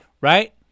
right